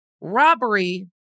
Robbery